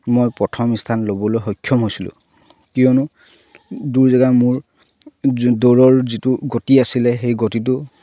মই প্ৰথম স্থান ল'বলৈ সক্ষম হৈছিলোঁ কিয়নো দৌৰ জেগা মোৰ দৌৰৰ যিটো গতি আছিলে সেই গতিটো